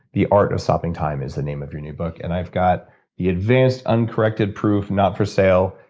the art of stopping time is the name of your new book, and i've got the advance uncorrected proof, not for sale.